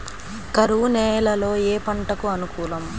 కరువు నేలలో ఏ పంటకు అనుకూలం?